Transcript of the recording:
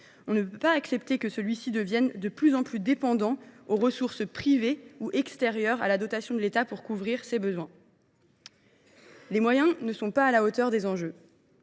ne pouvons pas accepter que ce réseau devienne de plus en plus dépendant de ressources privées ou extérieures à la dotation de l’État pour couvrir ses besoins. Les moyens ne sont pas à la hauteur des enjeux.